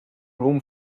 room